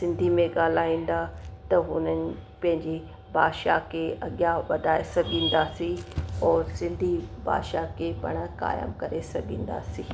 सिंधी में ॻाल्हाईंदा त हुननि पंहिंजी भाषा के अॻियां वधाए सघंदासीं और सिंधी भाषा खे पाण क़ाइमु करे सघंदासीं